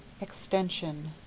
Extension